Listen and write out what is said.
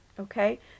okay